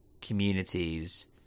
communities